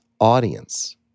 audience